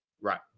right